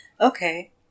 Okay